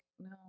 no